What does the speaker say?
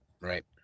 Right